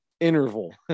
Interval